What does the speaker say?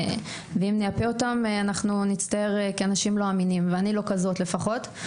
אם נייפה אותם נצטייר כאנשים לא אמינים ואני לא כזאת לפחות.